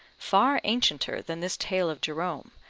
far ancienter than this tale of jerome,